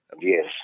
Yes